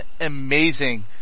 amazing